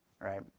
Right